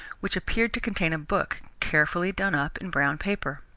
which appeared to contain a book, carefully done up in brown paper.